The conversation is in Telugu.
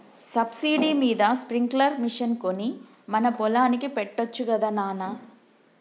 సబ్సిడీ మీద స్ప్రింక్లర్ మిషన్ కొని మన పొలానికి పెట్టొచ్చు గదా నాన